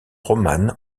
romanes